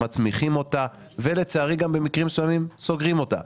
מצמיחים אותה ולצערי גם במקרים מסוימים סוגרים אותה.